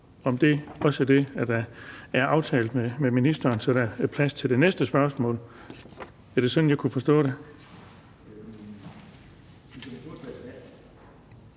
at det også var det, der blev aftalt med ministeren, så der er plads til det næste spørgsmål. Er det sådan, jeg kunne forstå det?